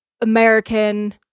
American